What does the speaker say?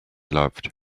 loved